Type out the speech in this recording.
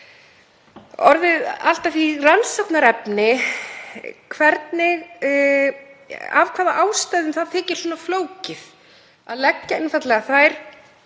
orðið allt að því rannsóknarefni af hvaða ástæðum það þykir svona flókið að leggja einfaldlega þær